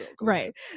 Right